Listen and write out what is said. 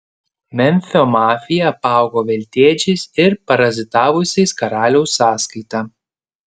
memfio mafija apaugo veltėdžiais ir parazitavusiais karaliaus sąskaita